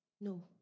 No